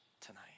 tonight